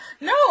no